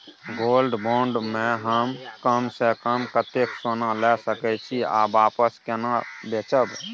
Gold bond म हम कम स कम कत्ते सोना ल सके छिए आ वापस केना बेचब?